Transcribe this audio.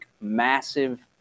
massive